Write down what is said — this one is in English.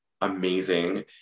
amazing